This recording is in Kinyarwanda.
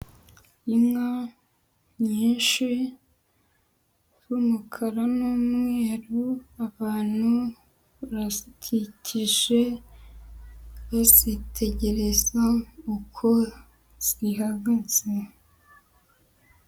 nka nyinshi z'umukara n'umweru, abantu barazikikije bazitegereza uko zihagaze.